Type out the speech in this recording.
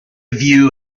view